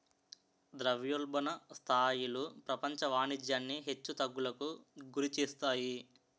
ద్రవ్యోల్బణ స్థాయిలు ప్రపంచ వాణిజ్యాన్ని హెచ్చు తగ్గులకు గురిచేస్తాయి